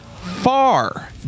far